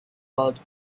called